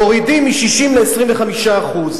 מורידים מ-60% ל-25%?